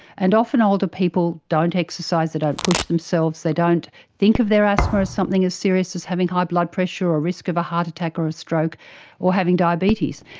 and often older people don't exercise, they don't push themselves, they don't think of their asthma as something as serious as having high blood pressure or risk of a heart attack or stroke or having diabetes.